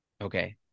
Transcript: Okay